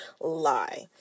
lie